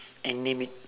and name it